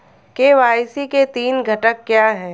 KYC के तीन घटक क्या हैं?